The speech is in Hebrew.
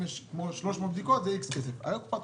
אם יש 300 בדיקות זה עולה